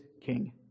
King